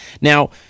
Now